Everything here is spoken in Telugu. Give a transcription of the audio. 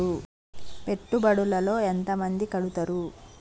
పెట్టుబడుల లో ఎంత మంది కడుతరు?